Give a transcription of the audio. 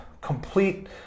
complete